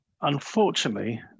Unfortunately